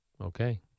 Okay